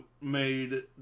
made